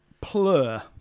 Plur